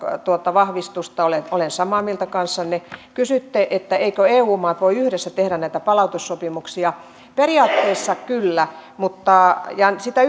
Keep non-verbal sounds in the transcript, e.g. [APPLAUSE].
vahvistusta olen samaa mieltä kanssanne kysyitte eivätkö eu maat voi yhdessä tehdä näitä palautussopimuksia periaatteessa kyllä ja sitä [UNINTELLIGIBLE]